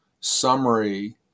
summary